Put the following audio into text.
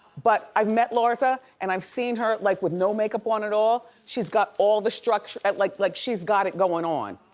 but i've met larsa and i've seen her like with no makeup on at all, she's got all the structure like like she's got it going on.